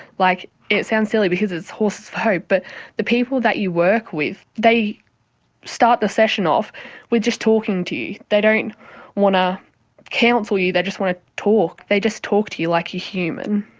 like it sounds silly because it's horses for hope, but the people that you work with, they start the session off with just talking to you. they don't want to counsel you, they just want to talk, they just talk to you like you're human.